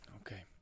okay